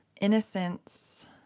Innocence